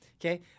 okay